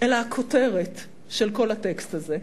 אלא הכותרת של כל הטקסט הזה,